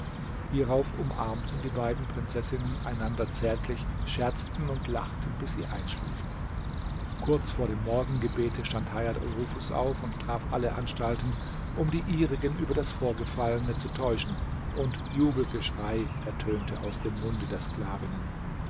hierauf umarmten die beiden prinzessin einander zärtlich scherzten und lachten bis sie einschliefen kurz vor dem morgengebete stand hajat al nufus auf und traf alle anstalten um die ihrigen über das vorgefallene zu täuschen und jubelgeschrei ertönte aus dem munde der sklavinnen